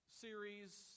series